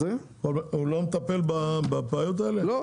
לא.